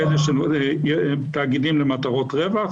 יש תאגידים למטרות רווח,